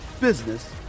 business